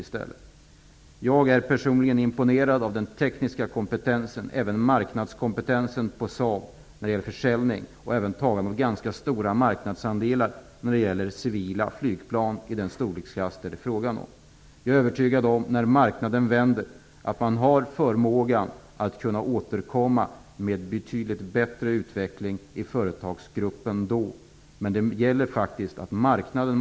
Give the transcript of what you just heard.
Personligen är jag imponerad av den tekniska kompetensen och även av marknadskompetensen på Saab när det gäller försäljning och tagande av ganska stora marknadsandelar beträffande civila flygplan i den storleksklass som det här är fråga om. Jag är övertygad om att man, när marknaden vänder, har förmåga att återkomma med en betydligt bättre utveckling i företagsgruppen. Marknaden måste faktiskt återvända.